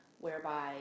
whereby